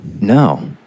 no